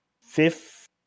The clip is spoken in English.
fifth